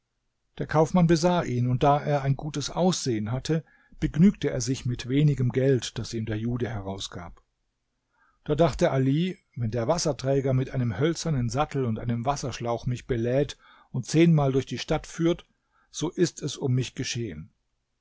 der kaufmann besah ihn und da er ein gutes aussehen hatte begnügte er sich mit wenigem geld das ihm der jude herausgab da dachte ali wenn der wasserträger mit einem hölzernen sattel und einem wasserschlauch mich belädt und zehnmal durch die stadt führt so ist es um mich geschehen